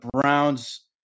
Browns